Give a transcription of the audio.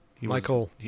Michael